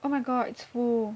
oh my god it's full